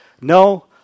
No